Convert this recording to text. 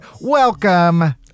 Welcome